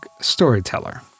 storyteller